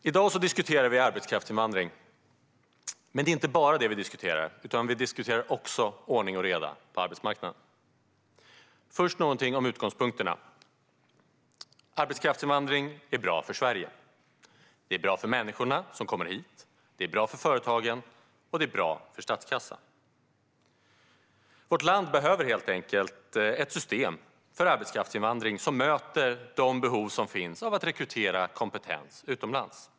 Fru talman! I dag diskuterar vi arbetskraftsinvandring. Men det är inte bara det vi diskuterar, utan vi diskuterar också ordning och reda på arbetsmarknaden. Jag ska först säga någonting om utgångspunkterna. Arbetskraftsinvandring är bra för Sverige. Det är bra för människorna som kommer hit, det är bra för företagen och det är bra för statskassan. Vårt land behöver helt enkelt ett system för arbetskraftsinvandring som möter de behov som finns av att rekrytera kompetens utomlands.